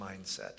mindset